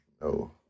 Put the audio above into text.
no